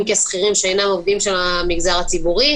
כשכירים שאינם עובדים של המגזר הציבורי.